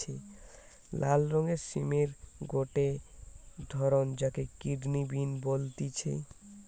লাল রঙের সিমের গটে ধরণ যাকে কিডনি বিন বলতিছে